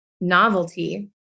novelty